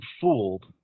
fooled